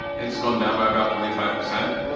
it's gone down by about twenty five percent.